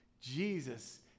Jesus